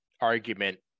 argument